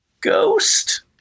ghost